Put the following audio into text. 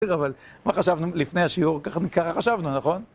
אבל מה חשבנו לפני השיעור? ככה חשבנו, נכון?